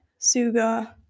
Suga